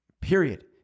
Period